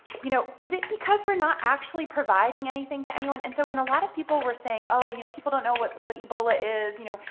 you know, is it because we're not actually providing anything to anyone, and so when a lot of people were saying, oh, you know, people don't know what what ebola is, you know,